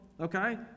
okay